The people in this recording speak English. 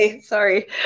Sorry